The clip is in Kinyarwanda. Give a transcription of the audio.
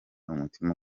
umutima